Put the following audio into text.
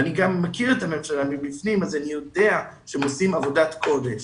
ואני גם מכיר את הממשלה מבפנים ואני יודע שהם עושים עבודת קודש,